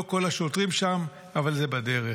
לא כל השוטרים שם, אבל זה בדרך.